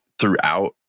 throughout